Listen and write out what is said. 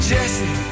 Jesse